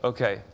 Okay